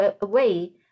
away